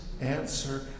answer